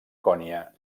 konya